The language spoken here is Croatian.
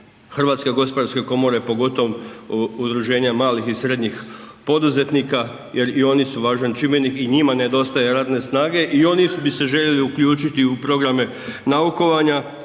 i suradnju HGK pogotovo udruženja malih i srednjih poduzetnika jer i oni su važan čimbenik i njima nedostaje radne snage i oni bi se željeli uključiti u programe naukovanja